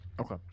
Okay